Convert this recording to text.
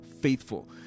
faithful